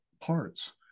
parts